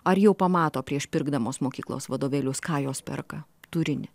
ar jau pamato prieš pirkdamos mokyklos vadovėlius ką jos perka turinį